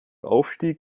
aufstieg